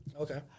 Okay